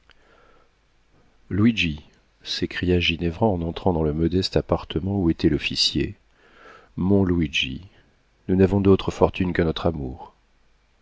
s'écria ginevra en entrant dans le modeste appartement où était l'officier mon luigi nous n'avons d'autre fortune que notre amour